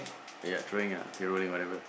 ya throwing ah okay rolling whatever